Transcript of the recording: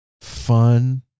fun